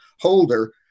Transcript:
holder